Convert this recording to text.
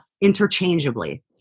interchangeably